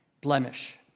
blemish